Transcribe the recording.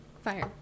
fire